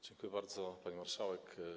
Dziękuję bardzo, pani marszałek.